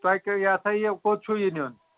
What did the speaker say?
تۄہہِ یہِ ہَسا یہِ کوٚت چھُو یہِ نیُٚن